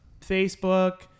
Facebook